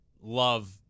love